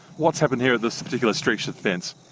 what's happened here at this particular stretch of fence?